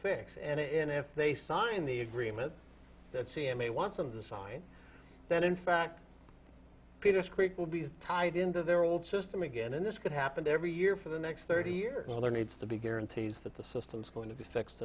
fix and if they sign the agreement that c m a wants them to sign then in fact peters creek will be tied into their old system again and this could happen every year for the next thirty years and there needs to be guarantees that the system's going to be fixed